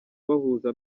bahuza